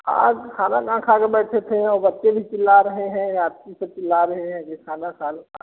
आज खाना ना खाकर बैठे थे और बच्चे भी चिल्ला रहे हैं यात्री सब चिल्ला रहे हैं कि खाना खा लें खाना